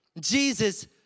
Jesus